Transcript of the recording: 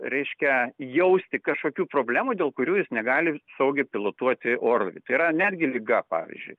reiškia jausti kažkokių problemų dėl kurių jis negali saugiai pilotuoti orlaivį tai yra netgi liga pavyzdžiui